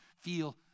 feel